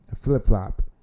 flip-flop